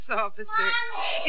officer